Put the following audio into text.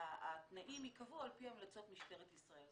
התנאים ייקבעו על פי המלצת משטרת ישראל.